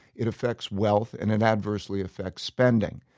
it affects wealth and it adversely affects spending.